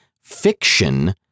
Fiction